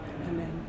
amen